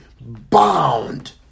bound